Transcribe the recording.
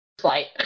flight